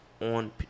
on